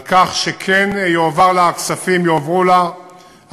על כך שכן יועברו לה הכספים המתאימים